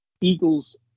Eagles